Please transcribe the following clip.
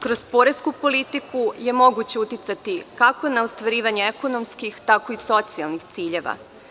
Kroz poresku politiku je moguće uticati, kako na ostvarivanje ekonomskih, tako i socijalnih ciljeva.